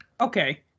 Okay